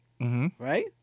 right